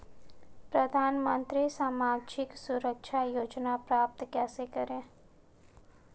प्रधानमंत्री सामाजिक सुरक्षा योजना प्राप्त कैसे करें?